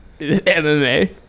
mma